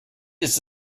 ist